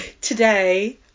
today